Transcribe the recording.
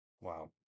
Wow